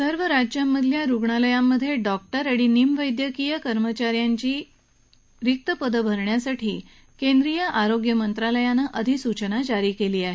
सर्व राज्यांमधल्या रुग्णालयांमध्ये डॉक्टर आणि निम वैद्यकीय कर्मचाऱ्यांची रिक्त पदं भरण्यासाठी केंद्रीय आरोग्य मंत्रालयानं अधिसूचना जारी केली आहे